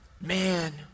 man